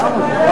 גם בוועדה,